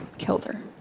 killed her.